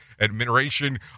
admiration